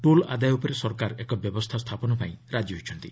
toll ଆଦାୟ ଉପରେ ସରକାର ଏକ ବ୍ୟବସ୍ଥା ସ୍ଥାପନ ପାଇଁ ରାଜି ହୋଇଛନ୍ତି